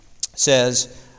says